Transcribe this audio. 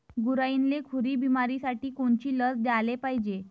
गुरांइले खुरी बिमारीसाठी कोनची लस द्याले पायजे?